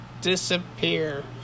disappear